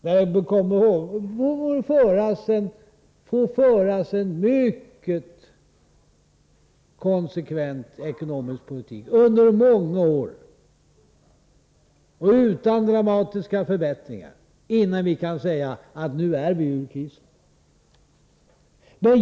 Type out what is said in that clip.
Men kom ihåg att det får föras en mycket konsekvent ekonomisk politik under många år och utan dramatiska förbättringar innan vi kan säga att vi är ute ur krisen.